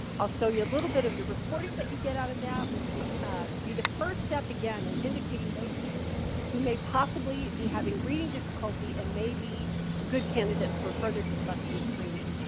i'll show you a little bit of the reporting that you get out of that which would be the first step, again, in indicating those students who may be possibly be having reading difficulty and may be a good candidate for further dyslexia screening.